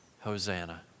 Hosanna